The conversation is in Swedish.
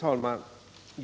Herr talman!